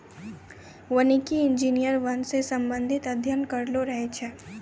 वानिकी इंजीनियर वन से संबंधित अध्ययन करलो रहै छै